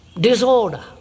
disorder